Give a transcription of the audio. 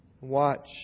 Watch